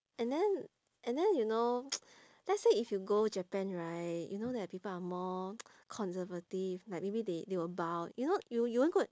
and then and then you know let's say if you go japan right you know that people are more conservative like maybe they they will bow you know you you won't go